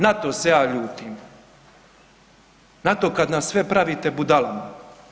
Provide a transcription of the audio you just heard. Na to se ja ljutim, na to kada nas sve pravite budalama.